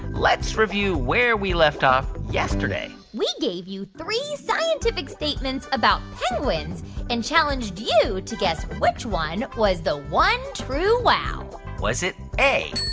let's review where we left off yesterday we gave you three scientific statements about penguins and challenged you to guess which one was the one true wow was it a,